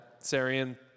Sarian